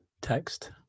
text